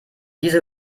diese